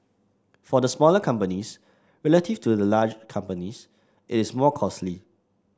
for the smaller companies relative to the large companies it is more costly